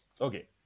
Okay